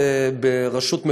תרבות.